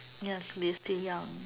yes mister Yang